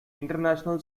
international